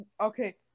Okay